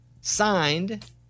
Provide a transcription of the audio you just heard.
Signed